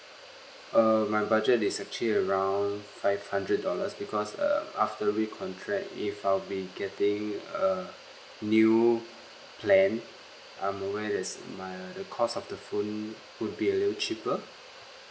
err my budget is actually around five hundred dollars because uh after re-contract if I'll be getting a new plan I'm aware that's my uh the cost of the phone would be a little cheaper